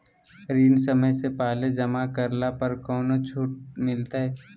ऋण समय से पहले जमा करला पर कौनो छुट मिलतैय?